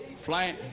flying